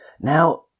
now